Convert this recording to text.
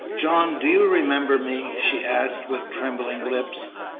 john, do you remember me? she asked, with trembling lips.